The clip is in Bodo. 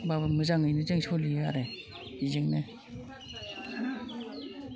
होमब्लाबो मोजाङैनो जों सलियो आरो बिजोंनो